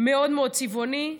מאוד מאוד צבעוני,